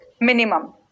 minimum